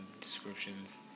descriptions